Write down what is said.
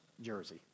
jersey